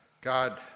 God